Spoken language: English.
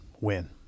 Win